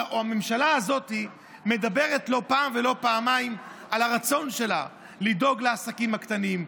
הממשלה הזאת מדברת לא פעם ולא פעמיים על הרצון שלה לדאוג לעסקים הקטנים,